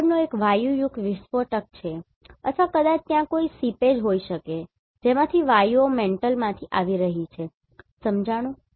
આગળનો એક વાયુયુક્ત વિસ્ફોટ છે અથવા કદાચ ત્યાં કોઈ સીપેજ હોઈ શકે છે જેમાંથી વાયુઓ મેન્ટલમાંથી આવી રહી છે બરાબર